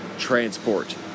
Transport